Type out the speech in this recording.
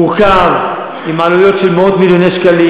מורכב, עם עלויות של מאות מיליוני שקלים